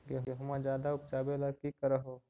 गेहुमा ज्यादा उपजाबे ला की कर हो?